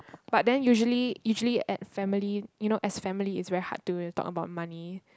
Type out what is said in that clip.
but then usually usually at family you know as family is very hard to talk about money